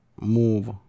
move